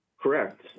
Correct